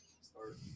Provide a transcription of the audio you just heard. Start